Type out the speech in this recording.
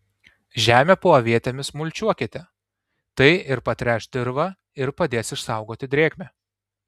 žemę po avietėmis mulčiuokite tai ir patręš dirvą ir padės išsaugoti drėgmę